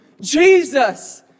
Jesus